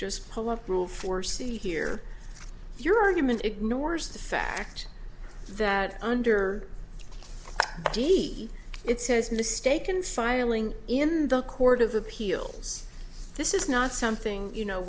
just pull up rule for c here your argument ignores the fact that under di it says mistaken filing in the court of appeals this is not something you know